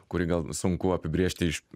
kurį gal sunku apibrėžti iš